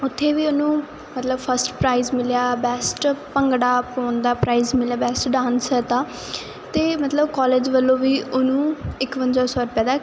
ਉਥੇ ਵੀ ਉਹਨੂੰ ਮਤਲਬ ਫਸਟ ਪ੍ਰਾਈਜ ਮਿਲਿਆ ਬੈਸਟ ਭੰਗੜਾ ਹੋਣ ਦਾ ਪ੍ਰਾਈਜ਼ ਮਿਲਿਆ ਬੈਸਟ ਡਾਨਸਰ ਦਾ ਤੇ ਮਤਲਬ ਕਾਲਜ ਵੱਲੋਂ ਵੀ ਉਹਨੂੰ ਇੱਕਵੰਜਾ ਸੌ ਰੁਪਏ ਦਾ